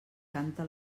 canta